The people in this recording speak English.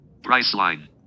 Priceline